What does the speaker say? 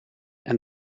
and